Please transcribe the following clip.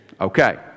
Okay